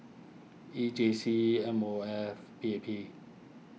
E J C M O F P A P